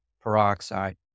peroxide